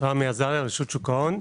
מרשות שוק ההון.